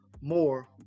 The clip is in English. more